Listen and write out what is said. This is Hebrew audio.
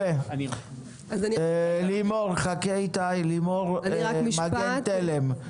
לימור מגן תלם,